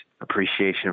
appreciation